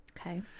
Okay